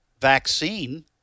vaccine